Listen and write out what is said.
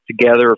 together